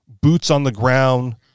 boots-on-the-ground